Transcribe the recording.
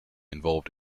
involved